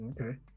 okay